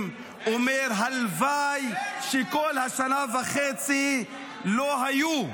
שאומר: הלוואי שכל השנה וחצי לא היו.